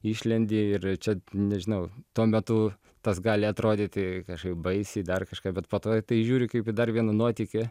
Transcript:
išlendi ir čia nežinau tuo metu tas gali atrodyti kažkaip baisiai dar kažką bet po to į tai žiūri kaip į dar vieną nuotykį